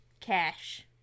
Cash